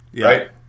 right